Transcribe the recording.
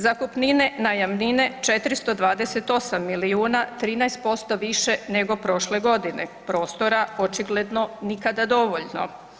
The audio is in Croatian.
Zakupnine, najamnine 428 milijuna, 13% više nego prošle godine, prostora očigledno nikada dovoljno.